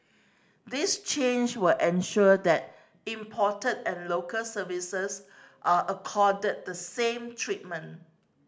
this change will ensure that imported and local services are accorded the same treatment